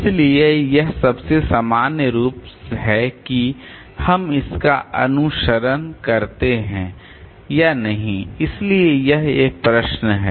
इसलिए यह सबसे सामान्य रूप है कि हम इसका अनुसरण करते हैं या नहीं इसलिए यह एक प्रश्न है